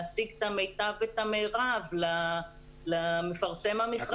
להשיג את המיטב והמרב למפרסם המכרז.